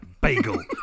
bagel